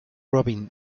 robin